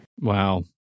Wow